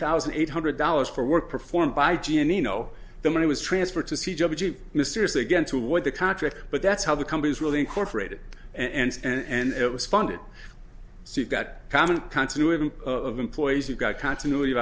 thousand eight hundred dollars for work performed by g and you know the money was transferred to see mysteriously again to what the contract but that's how the companies really incorporated and it was funded so you've got common continuity of employees you've got continuity of